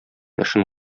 эшен